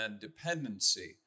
dependency